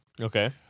Okay